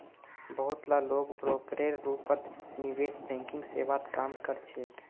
बहुत ला लोग ब्रोकरेर रूपत निवेश बैंकिंग सेवात काम कर छेक